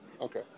Okay